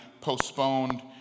postponed